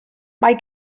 mae